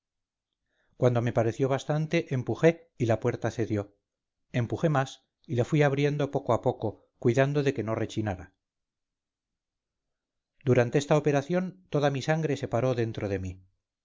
cuando me pareció bastante empujé y la puerta cedió empujé más y la fui abriendo poco a poco cuidando de que no rechinara durante esta operación toda mi sangre se paró dentro de mí